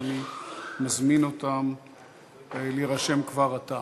אז אני מזמין אותם להירשם כבר עתה.